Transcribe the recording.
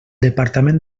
departament